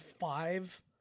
five